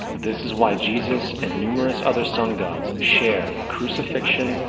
this is why jesus and numerous other sun gods share the crucifixion,